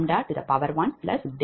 59107